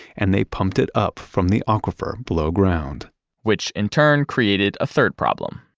and they pumped it up from the aquifer below ground which, in turn, created a third problem